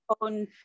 own